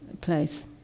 place